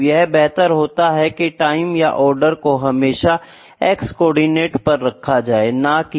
यह बेहतर होता है की टाइम या आर्डर को हमेशा x कोआर्डिनेट पर रखा जाये